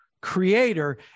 Creator